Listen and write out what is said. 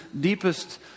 deepest